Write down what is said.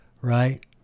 Right